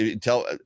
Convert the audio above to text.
Tell